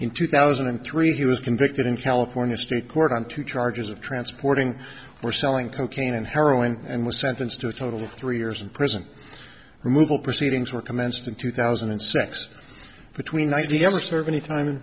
in two thousand and three he was convicted in california state court on two charges of transporting or selling cocaine and heroin and was sentenced to a total of three years in prison removal proceedings were commenced in two thousand and six between why did you ever serve any time in